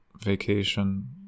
vacation